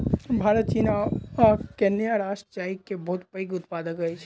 भारत चीन आ केन्या राष्ट्र चाय के बहुत पैघ उत्पादक अछि